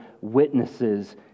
witnesses